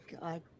god